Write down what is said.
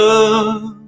Love